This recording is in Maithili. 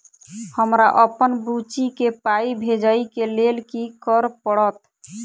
हमरा अप्पन बुची केँ पाई भेजइ केँ लेल की करऽ पड़त?